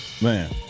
Man